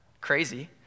crazy